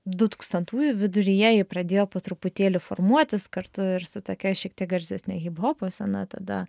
dutūkstantųjų viduryje ji pradėjo po truputėlį formuotis kartu ir su tokia šiek tiek garsesne hiphopo scena tada